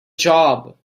job